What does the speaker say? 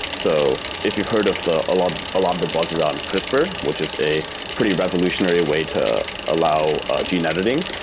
so if you've heard of the along along the buzz around crispr, which is a pretty revolutionary way to allow gene editing,